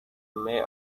may